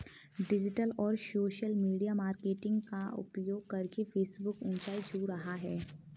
digital और social media marketing का प्रयोग करके फेसबुक ऊंचाई छू रहा है